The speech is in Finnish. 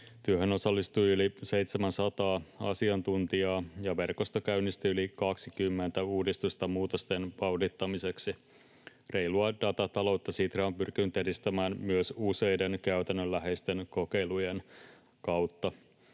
Työhön osallistui yli 700 asiantuntijaa, ja verkosto käynnisti yli 20 uudistusta muutoksen vauhdittamiseksi. Reilua datataloutta Sitra on pyrkinyt edistämään myös useiden käytännönläheisten kokeilujen kautta.